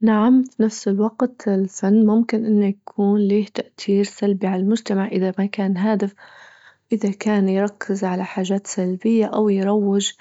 نعم في نفس الوقت الفن ممكن أنه يكون له تأثير سلبي على المجتمع إذا ما كان هادف إذا كان يركز على حاجات سلبية أو يروج